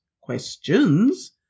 questions